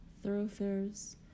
thoroughfares